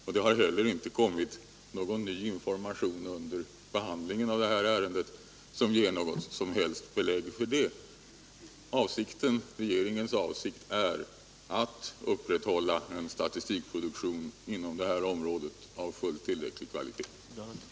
Det har inte heller vid behandlingen av detta ärende kommit någon ny information, som ger något som helst belägg för detta. Regeringens avsikt är att på detta område upprätthålla en statistikproduktion av fullt tillräcklig kvalitet.